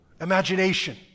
imagination